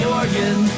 organ